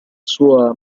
sua